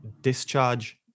discharge